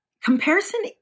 Comparison